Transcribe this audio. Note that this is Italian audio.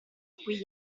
qui